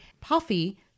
Puffy